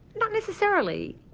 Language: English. not necessarily.